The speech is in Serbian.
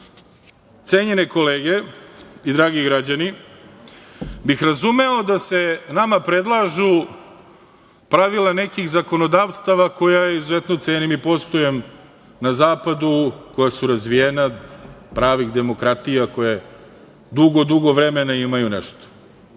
sada. Cenjene kolege i dragi građani, razumeo bih da se nama predlažu pravila nekih zakonodavstava koja izuzetno cenim i poštujem na zapadu, koja su razvijena, pravih demokratija, koja dugo, dugo vremena imaju nešto.